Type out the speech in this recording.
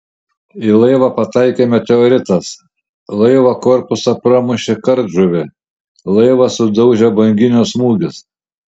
į laivą pataikė meteoritas laivo korpusą pramušė kardžuvė laivą sudaužė banginio smūgis